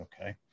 Okay